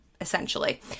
essentially